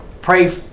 Pray